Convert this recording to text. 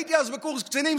הייתי אז בקורס קצינים,